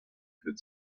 could